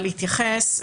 להתייחס,